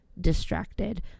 distracted